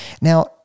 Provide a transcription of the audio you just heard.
Now